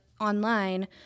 online